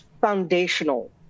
foundational